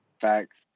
thanks